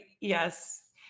Yes